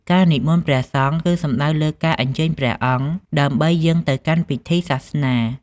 ការនិមន្តព្រះសង្ឃ គឺសំដៅលើការអញ្ជើញព្រះអង្គ ដើម្បីយាងទៅកាន់ពិធីសាសនា។